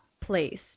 place